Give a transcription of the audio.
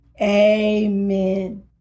Amen